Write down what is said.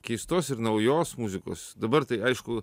keistos ir naujos muzikos dabar tai aišku